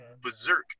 berserk